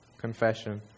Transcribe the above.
confession